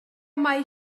mae